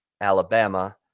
Alabama